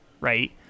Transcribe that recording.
right